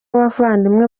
n’abavandimwe